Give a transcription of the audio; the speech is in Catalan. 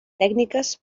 tècniques